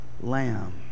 lamb